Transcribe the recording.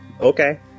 okay